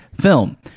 film